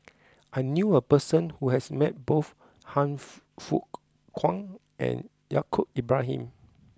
I knew a person who has met both Han Fook Kwang and Yaacob Ibrahim